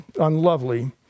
Unlovely